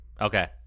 Okay